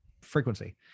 frequency